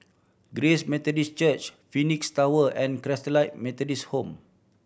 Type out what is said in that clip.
Grace Methodist Church Phoenix Tower and Christalite Methodist Home